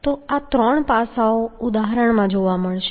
તો આ ત્રણ પાસાઓ ઉદાહરણમાં જોવા મળશે